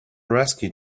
rescue